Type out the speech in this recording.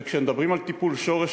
וכשמדברים על טיפול שורש,